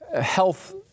health